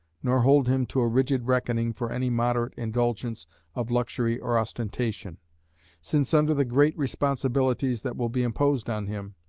nor hold him to a rigid reckoning for any moderate indulgence of luxury or ostentation since under the great responsibilities that will be imposed on him,